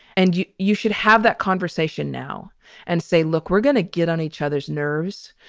and you you should have that conversation now and say, look, we're going to get on each other's nerves.